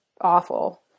awful